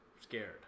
scared